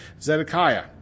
Zedekiah